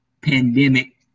pandemic